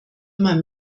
immer